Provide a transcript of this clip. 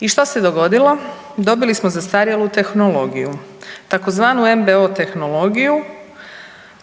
I što se dogodilo? Dobili smo zastarjelu tehnologiju tzv. NBO tehnologiju,